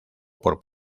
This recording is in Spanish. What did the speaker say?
por